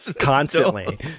Constantly